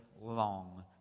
long